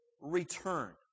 return